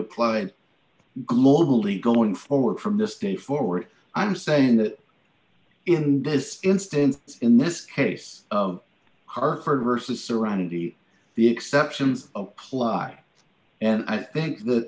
applied globally going forward from this day forward i'm saying that in this instance in this case of hartford versus serenity the exceptions apply and i think th